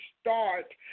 start